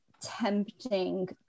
tempting